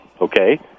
Okay